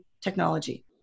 technology